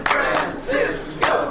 Francisco